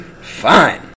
Fine